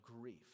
grief